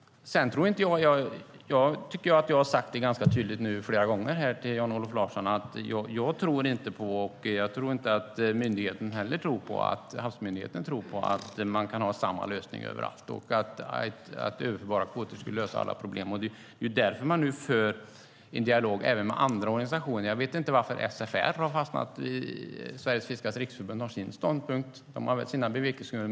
Jag tycker att jag ganska tydligt flera gånger har sagt till Jan-Olof Larsson att jag inte tror på att man kan ha samma lösning över allt eller att överförbara kvoter skulle lösa alla problem, och det gör knappast Havsmyndigheten heller. Det är därför som man nu för en dialog även med andra organisationer. Jag vet inte hur SFR, Sveriges fiskares riksförbund, har kommit till sin ståndpunkt, men de har väl sina bevekelsegrunder.